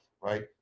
right